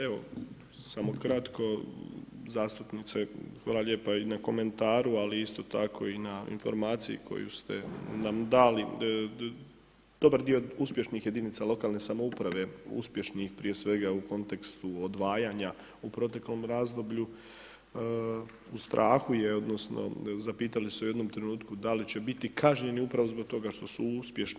Evo, samo kratko, zastupnice hvala lijepo i na komentaru ali isto tako i na informaciji koju ste nam dali, dobar dio uspješnih jedinice lokalne samouprave uspješnih prije svega u kontekstu odvajanja u proteklom razdoblju u strahu je, odnosno zapitali su je u jednom trenutku, da li će biti kažnjeni upravo zbog toga što su uspješni.